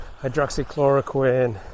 hydroxychloroquine